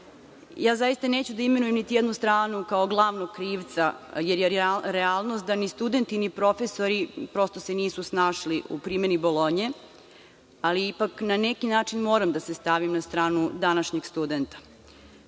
12.Zaista neću da imenujem niti jednu stranu kao glavnog krivca jer je realnost da ni studenti ni profesori prosto se nisu snašli u primeni „Bolonje“, ali ipak, na neki način moram da se stavim na stranu današnjeg studenta.